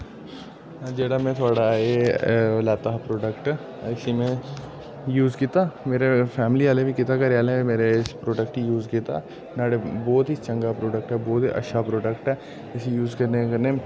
जेह्ड़ा में थोहाड़ा एह् लैता हा प्रोडक्ट इसी में यूज़ कीता मेरी फैमिली आह्ले बी कीता घरै आह्ले बी मेरे इस प्रोडक्ट गी यूज़ कीता नाह्ड़े बोह्त ही चंगा प्रोडक्ट ऐ बोह्त ही अच्छा प्रोडक्ट ऐ इसी यूज़ करने कन्नै